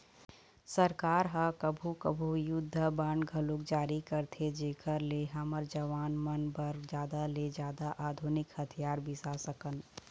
सरकार ह कभू कभू युद्ध बांड घलोक जारी करथे जेखर ले हमर जवान मन बर जादा ले जादा आधुनिक हथियार बिसा सकन